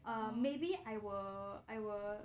or maybe I will I will